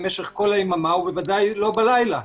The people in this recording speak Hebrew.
ובוודאי לא בלילה.